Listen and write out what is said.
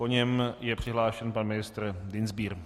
Po něm je přihlášen pan ministr Dienstbier.